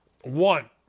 one